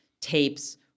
tapes